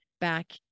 back